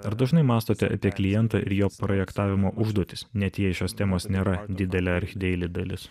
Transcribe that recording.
ar dažnai mąstote apie klientą ir jo projektavimo užduotis net jei šios temos nėra didelė archdeili dalis